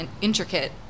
intricate